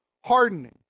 hardening